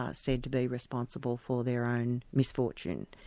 ah said to be responsible for their own misfortune.